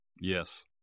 Yes